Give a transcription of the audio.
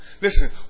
Listen